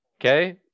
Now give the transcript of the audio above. Okay